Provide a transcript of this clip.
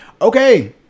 okay